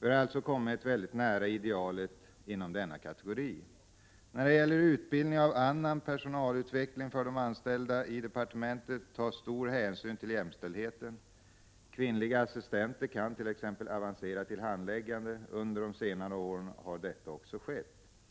Vi har alltså kommit väldigt nära idealet inom denna kategori. När det gäller utbildning och annan personalutveckling för de anställda i departementet tas stor hänsyn till jämställdheten. Kvinnliga assistenter kan t.ex. avancera till handläggare. Under senare år har det skett i ett antal fall.